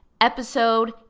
episode